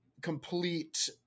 complete